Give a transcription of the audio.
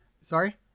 sorry